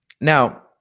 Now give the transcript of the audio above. Now